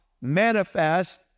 manifest